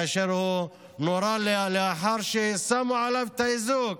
אשר נורה לאחר ששמו עליו את האיזוק.